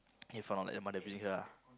okay from like the mother abusing her ah